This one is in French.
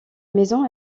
maison